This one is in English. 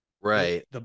right